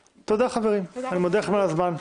תודה, חברים, אני מודה לכם על הזמן.